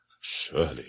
Surely